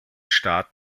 staat